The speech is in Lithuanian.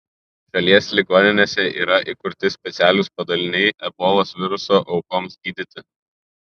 šalies ligoninėse yra įkurti specialūs padaliniai ebolos viruso aukoms gydyti